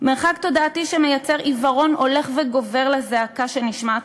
מרחק תודעתי שמייצר עיוורון הולך וגובר לזעקה שנשמעת